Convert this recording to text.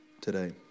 today